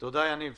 תודה, יניב.